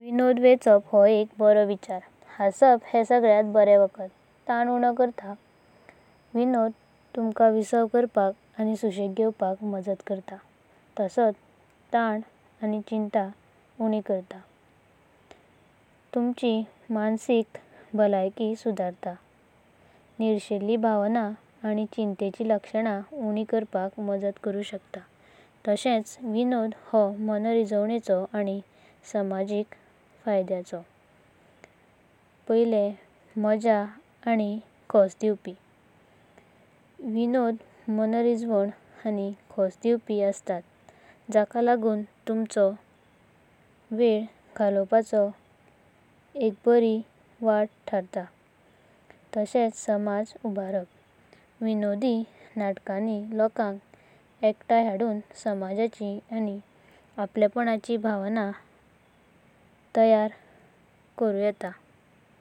विनोद वेचप ह एक बारो विचार। हंसप हें सगल्यांत बरे वाखद। आन्ना उणो करतात विनोद तुमक विसाव करपक आनी सुसाझे घेवपाक मज़ाता करतात। ताण आनी चिंता उणी करतात। मानसिका भलायकी सुधारतात विनोदी नाटकं आनी चिंतेचिं लक्ष्ण उणी करपाक मददा करुंक शकतात। ताशेच मनरिजवण आनी सामाजिक फायदें। मज्जा आनी खुसा दिवापी विनोद मनरिजवण आनी खुसा दिवापी असतात। ताक लागून तुमचो वेल घालपाचो एक बरी वाट ठरतात। सामाजिक नातें इष्ट आनी गारांचा वांगड विनोदी नाटकं पलोवना वंतू। वखदले हंसप आनी यादि तैयार जावंका शकतात। सामाज उबरप विनोदी नाटकान्नी लोकांक एकथण्य हाडून समाजाची आनी आपलेपनाची भावना तयार करुं यातात।